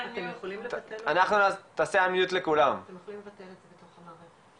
חולים ואנחנו מעבירים אותו ישירות למשטרה.